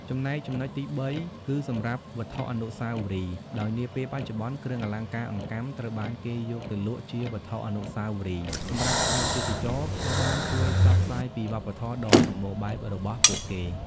ចំណែក ចំណុចទីបី គឺសម្រាប់ វត្ថុអនុស្សាវរីយ៍ ដោយនាពេលបច្ចុប្បន្ន គ្រឿងអលង្ការអង្កាំត្រូវបានគេយកទៅលក់ជាវត្ថុអនុស្សាវរីយ៍សម្រាប់ភ្ញៀវទេសចរ ដែលបានជួយផ្សព្វផ្សាយពីវប្បធម៌ដ៏សម្បូរបែបរបស់ពួកគេ។